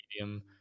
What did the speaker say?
medium